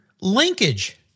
Linkage